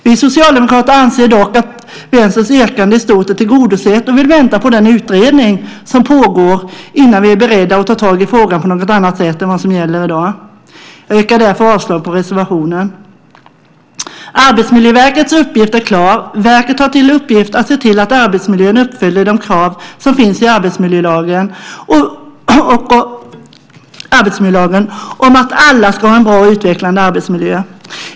Vi socialdemokrater anser dock att Vänsterns yrkande i stort är tillgodosett och vill vänta på den utredning som pågår innan vi är beredda att ta tag i frågan på något annat sätt än vad som gäller i dag. Jag yrkar därför avslag på reservationen. Arbetsmiljöverkets uppgift är klar. Verket har till uppgift att se till att arbetsmiljön uppfyller de krav som finns i arbetsmiljölagen om att alla ska ha en bra och utvecklande arbetsmiljö.